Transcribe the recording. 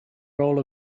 role